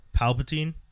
Palpatine